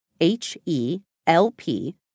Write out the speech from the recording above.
H-E-L-P